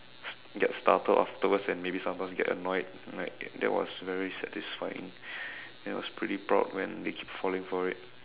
get startled afterwards and maybe sometimes get annoyed like that was very satisfying and I was pretty proud when they keep falling for it